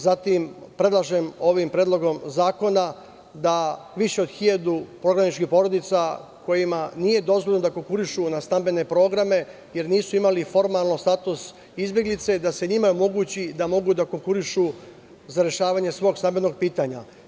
Zatim, predlažem ovim predlogom zakona da više od 1000 prognaničkih porodica kojima nije dozvoljeno da konkurišu na stambene programe jer nisu imali formalno status izbeglice, da se njima omogući da mogu da konkurišu za rešavanje svog stambenog pitanja.